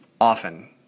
often